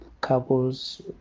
couples